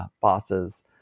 bosses